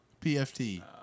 PFT